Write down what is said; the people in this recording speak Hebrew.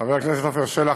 חבר הכנסת עפר שלח,